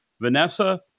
Vanessa